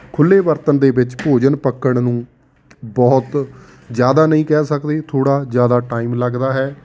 ਖੁੱਲ੍ਹੇ ਬਰਤਨ ਦੇ ਵਿੱਚ ਭੋਜਨ ਪੱਕਣ ਨੂੰ ਬਹੁਤ ਜ਼ਿਆਦਾ ਨਹੀਂ ਕਹਿ ਸਕਦੇ ਥੋੜ੍ਹਾ ਜ਼ਿਆਦਾ ਟਾਈਮ ਲੱਗਦਾ ਹੈ